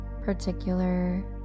particular